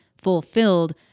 fulfilled